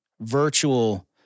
virtual